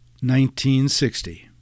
1960